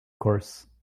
course